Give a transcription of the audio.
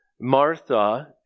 Martha